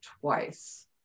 twice